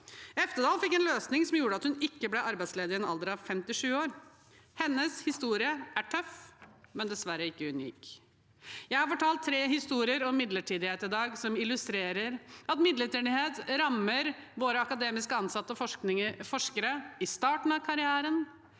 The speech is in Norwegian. Eftedal fikk en løsning som gjorde at hun ikke ble arbeidsledig, i en alder av 57 år. Hennes historie er tøff, men dessverre ikke unik. Jeg har i dag fortalt tre historier om midlertidighet som illustrerer at midlertidighet rammer våre akademisk ansatte og forskere – i starten av karrieren,